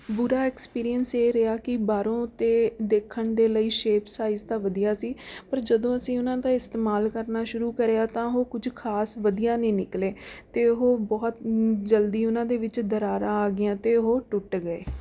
ਬੁਰਾ ਐਕਪੀਰੀਅੰਸ ਇਹ ਰਿਹਾ ਕਿ ਬਾਹਰੋਂਂ ਤੋਂ ਦੇਖਣ ਦੇ ਲਈ ਸ਼ੇਪ ਸਾਈਜ਼ ਤਾਂ ਵਧੀਆ ਸੀ ਪਰ ਜਦੋਂ ਅਸੀਂ ਉਹਨਾਂ ਦਾ ਇਸਤੇਮਾਲ ਕਰਨਾ ਸ਼ੁਰੂ ਕਰਿਆ ਤਾਂ ਉਹ ਕੁਝ ਖਾਸ ਵਧੀਆ ਨਹੀਂ ਨਿਕਲੇ ਅਤੇ ਉਹ ਬਹੁਤ ਜਲਦੀ ਉਹਨਾਂ ਦੇ ਵਿੱਚ ਦਰਾਰਾਂ ਆ ਗਈਆਂ ਅਤੇ ਉਹ ਟੁੱਟ ਗਏ